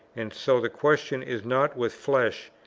and so the question is not with flesh,